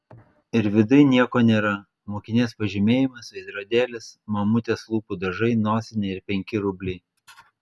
ir viduj nieko nėra mokinės pažymėjimas veidrodėlis mamutės lūpų dažai nosinė ir penki rubliai